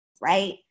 right